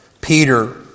Peter